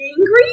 angry